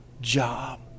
job